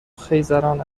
خیزران